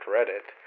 Reddit